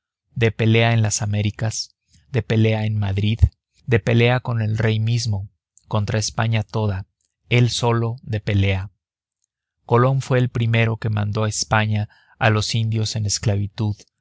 de pelea en las américas de pelea en madrid de pelea con el rey mismo contra españa toda él solo de pelea colón fue el primero que mandó a españa a los indios en esclavitud